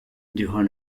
durant